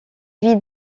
vit